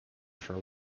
for